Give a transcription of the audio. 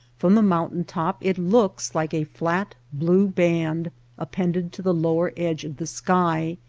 from the mountain-top it looks like a flat blue band appended to the lower edge of the sky,